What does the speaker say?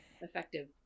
effective